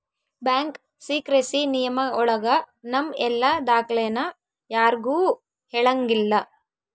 bank secrecy ನಿಯಮ ಒಳಗ ನಮ್ ಎಲ್ಲ ದಾಖ್ಲೆನ ಯಾರ್ಗೂ ಹೇಳಂಗಿಲ್ಲ